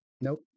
Nope